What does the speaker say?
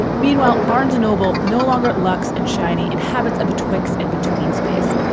meanwhile, barnes noble, no longer luxe and shiny, inhabits a betwixt and between space,